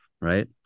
right